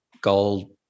gold